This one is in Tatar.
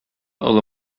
олы